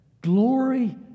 Glory